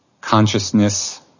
consciousness